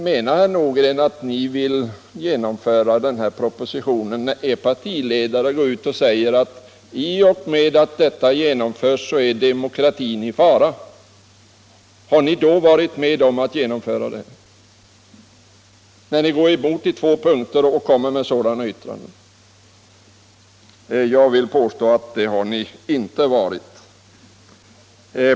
Menar herr Nordgren att ni vill genomföra den här reformen när er partiledare uttalat att demokratin är i fara i och med att reformen genomförs? Har ni varit med om att genomföra reformen, när ni går emot den på 32 punkter och gör sådana uttalanden? Jag vill påstå att ni inte har det.